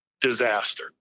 disaster